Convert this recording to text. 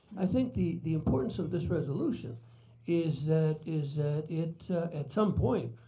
i think the the importance of this resolution is that is that it at some point